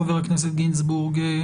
חבר הכנסת גינזבורג,